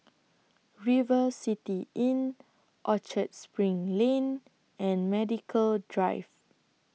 River City Inn Orchard SPRING Lane and Medical Drive